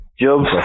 Job's